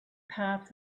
path